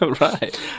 Right